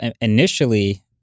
initially